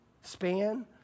span